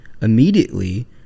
immediately